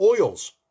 oils